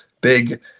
big